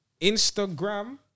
Instagram